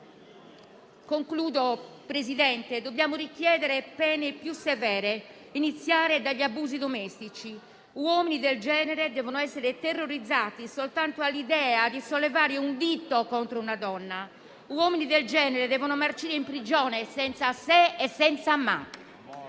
signor Presidente, dobbiamo richiedere pene più severe, iniziando dagli abusi domestici: uomini del genere devono essere terrorizzati soltanto all'idea di sollevare un dito contro una donna e devono marcire in prigione, senza se e senza ma.